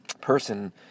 person